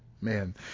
Man